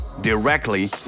directly